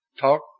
talk